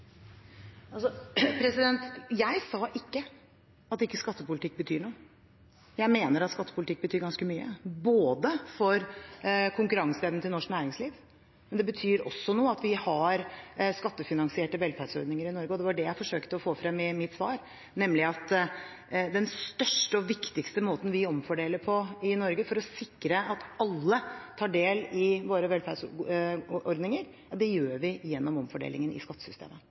Jeg sa ikke at skattepolitikk ikke betyr noe. Jeg mener at skattepolitikk betyr ganske mye for konkurranseevnen til norsk næringsliv, men det betyr også noe at vi har skattefinansierte velferdsordninger i Norge. Og det var det jeg forsøkte å få frem i mitt svar, nemlig at den største og viktigste måten vi omfordeler på i Norge for å sikre at alle tar del i våre velferdsordninger, er gjennom omfordelingen i skattesystemet.